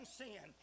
sin